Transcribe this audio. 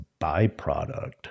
byproduct